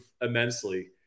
immensely